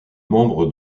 membre